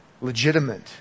legitimate